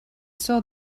saw